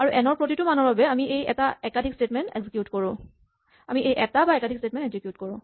আৰু এন ৰ প্ৰতিটো মানৰ বাবে আমি এই এটা বা একাধিক স্টেটমেন্ট এক্সিকিউট কৰো